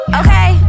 okay